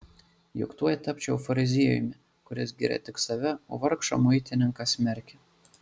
juk tuoj tapčiau fariziejumi kuris giria tik save o vargšą muitininką smerkia